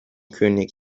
könig